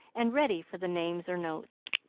and ready for the names or notes.